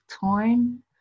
time